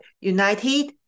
united